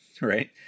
right